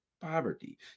poverty